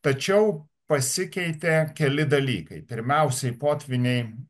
tačiau pasikeitė keli dalykai pirmiausiai potvyniai